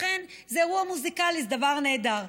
לכן, זה אירוע מוזיקלי, זה דבר נהדר.